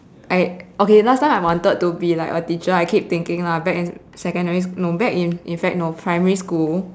I okay last time I wanted to be like a teacher I keep thinking lah back in secondary no back in fact no primary school